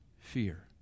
fear